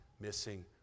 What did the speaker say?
missing